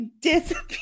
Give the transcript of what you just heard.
disappear